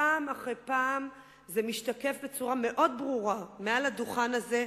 פעם אחרי פעם זה משתקף בצורה מאוד ברורה מעל הדוכן הזה,